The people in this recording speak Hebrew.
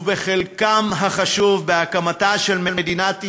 ובחלקם החשוב בהקמתה של מדינת ישראל,